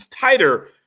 tighter